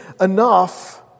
enough